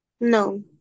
No